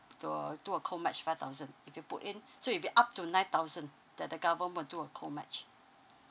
will do a co match five thousand if you put in so it'll be up to nine thousand the the government will do a co match